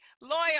loyal